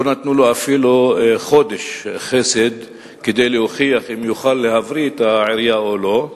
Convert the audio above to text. לא נתנו לו אפילו חודש חסד כדי להוכיח אם יוכל להבריא את העירייה או לא,